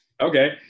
Okay